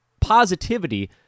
positivity